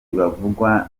bavugwa